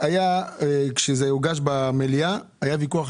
גם יהודים בני 18 לא מקבלים.